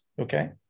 Okay